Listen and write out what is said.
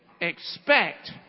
Expect